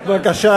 בבקשה,